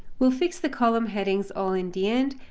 we'll fix the column headings all in the end.